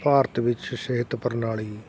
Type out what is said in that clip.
ਭਾਰਤ ਵਿੱਚ ਸਿਹਤ ਪ੍ਰਣਾਲੀ